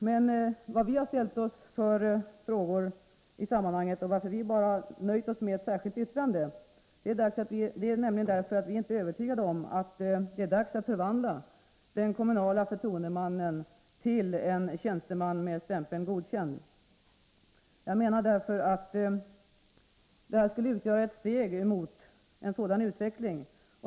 Anledningen till att vi nöjt oss med bara ett särskilt yttrande är att vi inte är övertygade om att det är dags att förvandla den kommunala förtroendemannen till en tjänsteman med stämpeln godkänd. Jag menar att förslaget skulle utgöra ett steg mot en sådan utveckling.